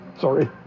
Sorry